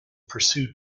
pursuit